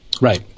Right